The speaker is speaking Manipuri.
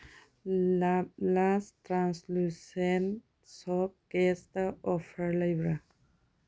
ꯂꯥꯞꯂꯥꯁ ꯇ꯭ꯔꯥꯟꯁꯂꯨꯁꯦꯟ ꯁꯣꯞ ꯀꯦꯁꯇ ꯑꯣꯐꯔ ꯂꯩꯕ꯭ꯔꯥ